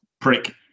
prick